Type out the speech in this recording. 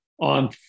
on